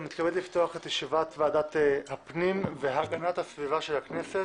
אני מתכבד לפתוח את ישיבת ועדת הפנים והגנת הסביבה של הכנסת.